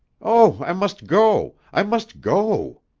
oh, i must go! i must go!